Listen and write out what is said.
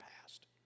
past